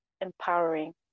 empowering